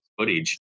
footage